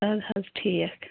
ادٕ حظ ٹھیٖک